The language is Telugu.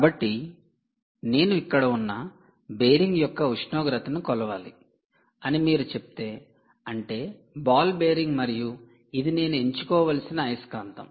కాబట్టి నేను ఇక్కడ ఉన్న బేరింగ్ యొక్క ఉష్ణోగ్రతను కొలవాలి అని మీరు చెబితే అంటే బాల్ బేరింగ్ మరియు ఇది నేను ఎంచుకోవలసిన అయస్కాంతం